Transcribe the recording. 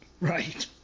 Right